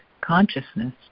Consciousness